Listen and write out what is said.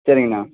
சரிங்கண்ணா